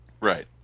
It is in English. Right